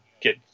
get